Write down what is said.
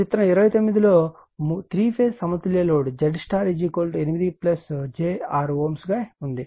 చిత్రం 29 లో 3 ఫేజ్ సమతుల్య లోడ్ ZY 8 j 6 Ω ఉంది